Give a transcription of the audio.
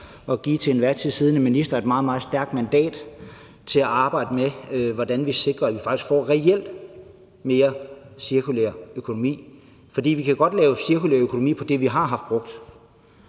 give den til enhver tid siddende minister et meget, meget stærkt mandat til at arbejde med, hvordan vi sikrer, at vi faktisk reelt får mere cirkulær økonomi. For vi kan godt lave cirkulær økonomi på det, vi har brugt,